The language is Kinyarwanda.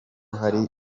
hari